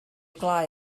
gwelyau